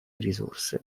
risorse